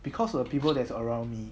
because the people that is around me